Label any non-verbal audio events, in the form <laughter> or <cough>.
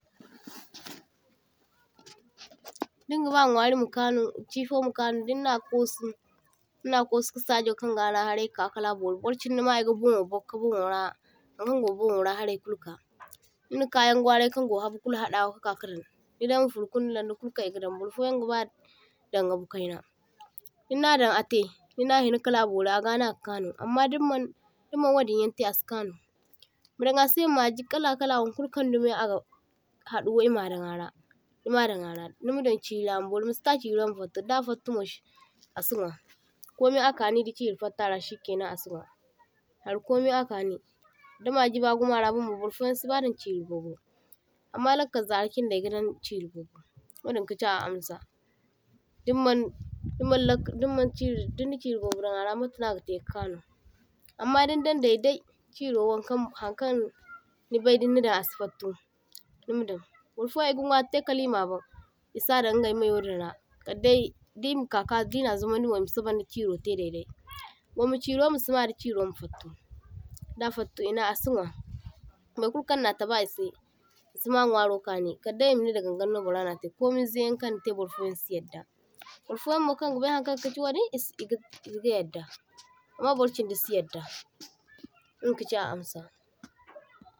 <noise> toh-toh Dinga ba nwari ma kanu chifo ma kanu dinna koso dinna ko’su ka sajo kaŋga araharay ka kala bori burchindi nima aga burnwo bagu ka burnwora ankan go burnwora haray kulu ka, dindu kayaŋ gwarai kango habu kulu hadawa ka kadaŋ nidaŋ furkun da lundayan kulu kan e gadaŋ, burfoyaŋ gaba daŋ gabu kayna dinnadaŋ a’tai dinna hina kala bori a gano a gano aga kanu amma dimman dimman wadinyaŋtai asi kanu. Madaŋ asai magi kala kala wankulu kaŋ dimo aga haduwa e madaŋ ara nima dan ara nimadaŋ chi’ri ama bori masita chi’ro ma fattu da fattumo shi a su nwa, komay a kani di chi’ri fattu a’ra shikainaŋ a’si nwa har komai a kani, di magi bagumo ara burfoyaŋ sibadan chi’ri bobo amma laka zarai chinday gadaŋ chi’ri bobo wadin kachi a amsa. Dimmaŋ dimmaŋ lakkal dimmaŋ chi’ri dinna chi’ri bobo daŋ a ra matano agataika kanu amma dindaŋ daiday chi’ro wankaŋ hankaŋ nibay dinna daŋ a’si fattu nimadaŋ. Burfo e ga nwaritai kala e mabaŋ e sadan ingay mayodinra kadday di ma ka ka dima zumaŋdi mo e ma sabaŋda chi’ro tai daiday, gwamma chiro masima da chi’ro ma fattu da fattu e nai a si nwa, baykulu kaŋna taba e si e si ma nwaro kani kadday e manai dagaŋganno burra natai komin zaiyaŋ kannitai burfoyaŋ si yarda, burfoyanmo kangabai hankaŋ kachi wadin e si e ga yarda amma burchindi si yarda inga kachi a amsa.